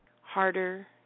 Harder